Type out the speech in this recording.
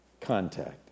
contact